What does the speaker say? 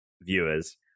viewers